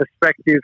perspective